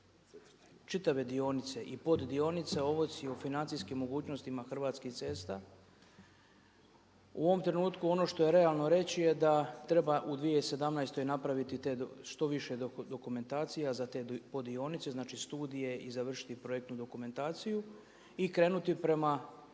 čitave dionice i poddionice ovisi o financijskim mogućnostima Hrvatskih cesta. U ovom trenutku ono što je realno reći je da treba u 2017. napraviti te, što više dokumentacije za te poddionice. Znači studije i završiti projektnu dokumentaciju i krenuti prema